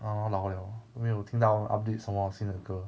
orh 老 liao 没有听到 update 什么新的歌